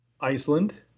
Iceland